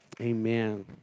Amen